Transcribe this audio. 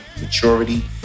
maturity